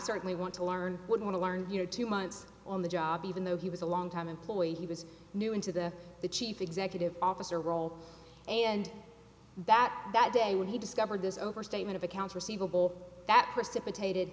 certainly want to learn would want to learn here two months on the job even though he was a long time employee he was new into the chief executive officer role and that that day when he discovered this overstatement of accounts receivable that precipitated